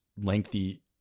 lengthy